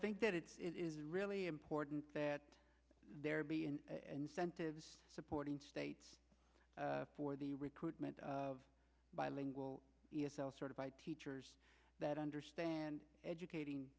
think that it is really important that there be an incentive supporting states for the recruitment of bilingual e s l certified teachers that understand educating